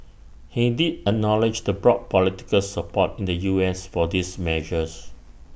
he did A knowledge the broad political support in the U S for these measures